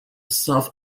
south